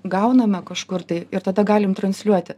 gauname kažkur tai ir tada galime transliuoti